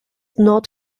not